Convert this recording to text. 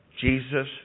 Jesus